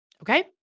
Okay